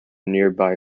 nearby